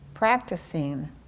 Practicing